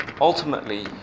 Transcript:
Ultimately